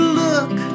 look